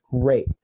great